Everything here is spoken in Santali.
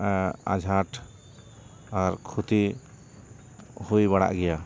ᱟᱸᱡᱷᱟᱴ ᱟᱨ ᱠᱷᱚᱛᱤ ᱦᱩᱭ ᱵᱟᱲᱟᱜ ᱜᱮᱭᱟ